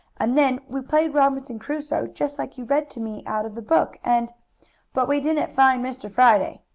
and then we played robinson crusoe, just like you read to me out of the book, and but we didn't find mr. friday,